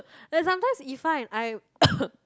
then sometimes !Iffa! and I